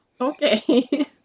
Okay